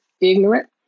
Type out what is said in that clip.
ignorant